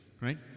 Right